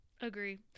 Agree